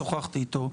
שוחחתי איתו,